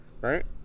right